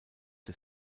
des